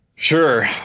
Sure